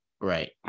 right